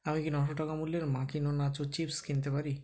আমি কি নশো টাকা মূল্যের মাকিনো নাচো চিপস কিনতে পারি